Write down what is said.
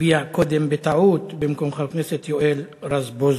הצביע קודם בטעות במקום חבר הכנסת יואל רזבוזוב.